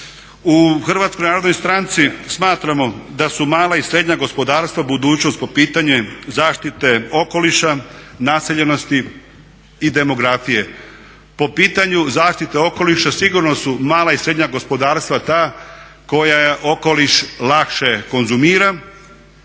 ili velika. U HNS-u smatramo da su mala i srednja gospodarstva budućnost po pitanju zaštite okoliša, naseljenosti i demografije. Po pitanju zaštite okoliša sigurno su mala i srednja gospodarstva ta koja okoliš lakše konzumira